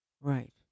Right